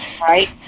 Right